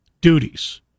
duties